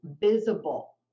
visible